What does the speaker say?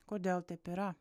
kodėl taip yra